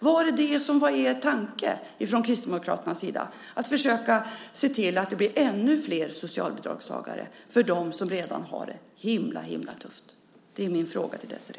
Var det detta som var er tanke från Kristdemokraternas sida, att se till att det blir ännu flera socialbidragstagare bland dem som redan har det himla tufft? Det är min fråga till Désirée.